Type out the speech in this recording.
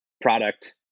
product